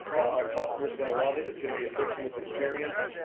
our customers are going to love it. it's going to be a frictionless experience.